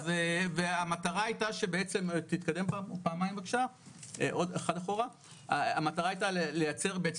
אז המטרה הייתה שבעצם - תתקדם פעמיים בבקשה - המטרה הייתה לייצר בעצם,